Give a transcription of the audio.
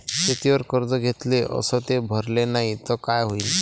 शेतीवर कर्ज घेतले अस ते भरले नाही तर काय होईन?